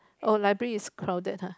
oh library is crowded !huh!